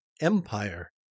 Empire